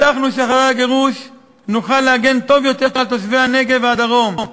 הבטחנו שאחרי הגירוש נוכל להגן טוב יותר על תושבי הנגב והדרום,